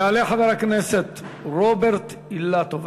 יעלה חבר הכנסת רוברט אילטוב,